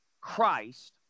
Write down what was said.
Christ